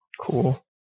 Cool